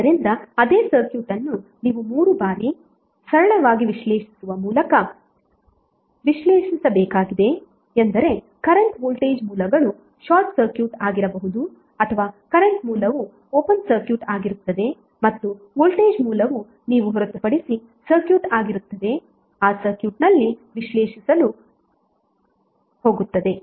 ಆದ್ದರಿಂದ ಅದೇ ಸರ್ಕ್ಯೂಟ್ ಅನ್ನು ನೀವು 3 ಬಾರಿ ಸರಳವಾಗಿ ವಿಶ್ಲೇಷಿಸುವ ಮೂಲಕ ವಿಶ್ಲೇಷಿಸಬೇಕಾಗಿದೆ ಎಂದರೆ ಕರೆಂಟ್ ವೋಲ್ಟೇಜ್ ಮೂಲಗಳು ಶಾರ್ಟ್ ಸರ್ಕ್ಯೂಟ್ ಆಗಿರಬಹುದು ಅಥವಾ ಕರೆಂಟ್ ಮೂಲವು ಓಪನ್ ಸರ್ಕ್ಯೂಟ್ ಆಗಿರುತ್ತದೆ ಮತ್ತು ವೋಲ್ಟೇಜ್ ಮೂಲವು ನೀವು ಹೊರತುಪಡಿಸಿ ಸರ್ಕ್ಯೂಟ್ ಆಗಿರುತ್ತದೆ ಆ ಸರ್ಕ್ಯೂಟ್ನಲ್ಲಿ ವಿಶ್ಲೇಷಿಸಲು ಹೋಗುತ್ತದೆ